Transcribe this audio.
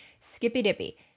Skippy-dippy